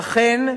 ואכן,